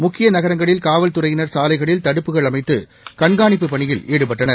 முக்கியநகரங்களில்காவல்துறையினர் சாலைகளில்தடுப்புகளைஅமைத்து கண்காணிப்புபணியில்ஈடுபட்டனர்